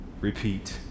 repeat